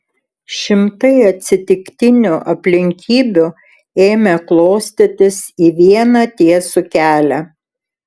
šimtai atsitiktinių aplinkybių ėmė klostytis į vieną tiesų kelią